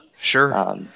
sure